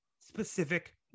specific